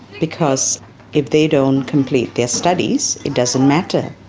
because if they don't complete their studies, it doesn't matter.